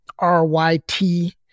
RYT